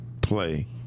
play